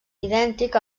idèntic